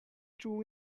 draw